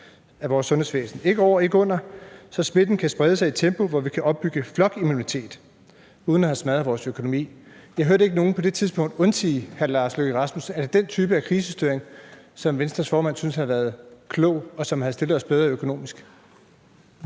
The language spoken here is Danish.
for vores sundhedsvæsen. Ikke over – ikke under. Så smitten kan sprede sig i et tempo, hvor vi opbygger flokimmunitet uden at have smadret vores økonomi.« Jeg hørte ikke nogen på det tidspunkt undsige hr. Lars Løkke Rasmussen. Er det den type af krisestyring, som Venstres formand synes havde været klog, og som havde stillet os bedre økonomisk?